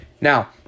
Now